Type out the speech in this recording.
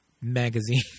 magazine